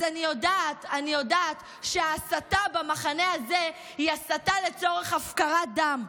אז אני יודעת שההסתה במחנה הזה היא הסתה לצורך הפקרת דם.